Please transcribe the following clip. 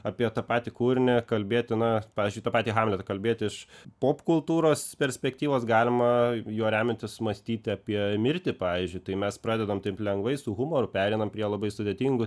apie tą patį kūrinį kalbėti na pavyzdžiui ta patį hamletą kalbėti iš popkultūros perspektyvos galima juo remiantis mąstyti apie mirtį pavyzdžiui tai mes pradedam taip lengvai su humoru pereinam prie labai sudėtingų